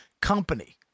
company